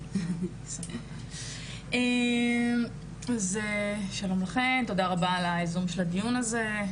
לכן, תודה רבה על הדיון הזה.